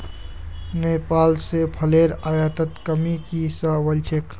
नेपाल स फलेर आयातत कमी की स वल छेक